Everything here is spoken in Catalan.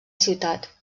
ciutat